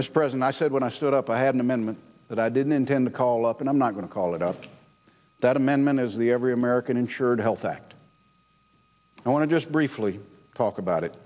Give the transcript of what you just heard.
mispresent i said when i stood up i had an amendment that i didn't intend to call up and i'm not going to call it up that amendment is the every american insured health act i want to just briefly talk about it